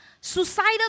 suicidal